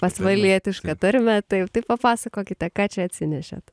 pasvalietišką tarmę taip tai papasakokite ką čia atsinešėt